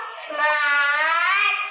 smart